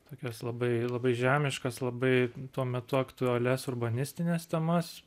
tokias labai labai žemiškas labai tuo metu aktualias urbanistines temas